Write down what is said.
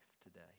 today